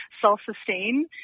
self-sustain